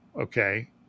Okay